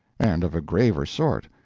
and of a graver sort.